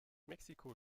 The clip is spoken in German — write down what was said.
mexiko